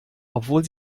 obwohl